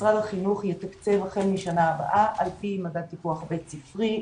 משרד החינוך יתקצב החל מהשנה הבאה על פי מדד טיפוח בית ספרי,